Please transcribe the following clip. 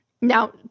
Now